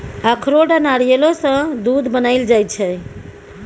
अखरोट आ नारियलो सँ दूध बनाएल जाइ छै